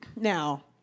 Now